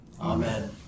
Amen